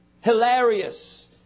hilarious